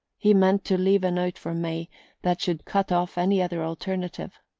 he meant to leave a note for may that should cut off any other alternative.